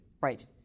Right